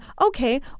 Okay